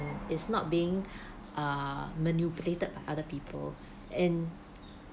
is not being uh manipulated by other people and